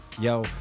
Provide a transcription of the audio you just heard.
yo